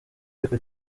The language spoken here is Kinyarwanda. ariko